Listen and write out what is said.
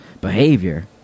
behavior